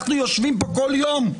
אנחנו יושבים כאן כל יום.